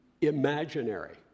imaginary